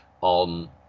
on